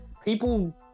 people